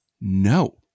no